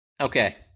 okay